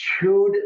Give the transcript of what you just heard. chewed